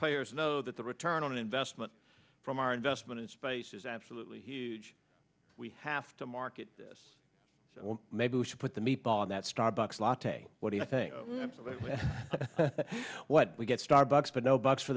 payers know that the return on investment from our investment in space is absolutely huge we have to market this so maybe we should put the meat dog that starbucks latte what do you think that's what we get starbucks but no bucks for